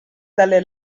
dalle